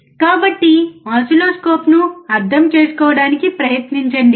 కాబట్టి ఓసిల్లోస్కోప్ను అర్థం చేసుకోవడానికి ప్రయత్నించండి